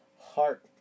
heart